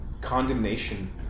Condemnation